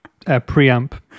preamp